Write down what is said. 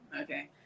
Okay